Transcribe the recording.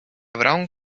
brown